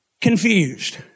confused